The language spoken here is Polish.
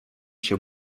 się